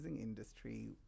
industry